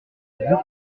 beaucoup